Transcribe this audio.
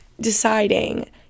deciding